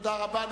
תודה רבה.